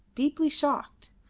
deeply shocked.